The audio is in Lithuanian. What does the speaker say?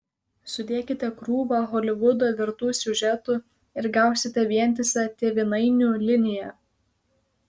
sudėkite krūvą holivudo vertų siužetų ir gausite vientisą tėvynainių liniją